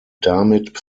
damit